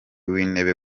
w’intebe